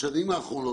בשנים האחרונות